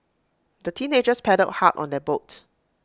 the teenagers paddled hard on their boat